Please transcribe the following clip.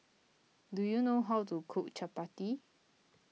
do you know how to cook Chappati